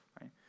right